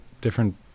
Different